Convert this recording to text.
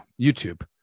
YouTube